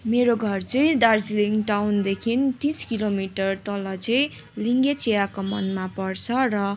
मेरो घर चाहिँ दार्जिलिङ टाउनदेखि तिस किलोमिटर तल चाहिँ लिङ्गिया चिया कमानमा पर्छ र